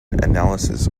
analysis